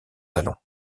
talons